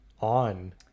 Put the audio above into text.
on